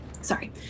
sorry